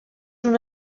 una